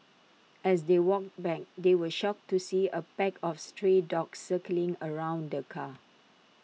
as they walked back they were shocked to see A pack of stray dogs circling around the car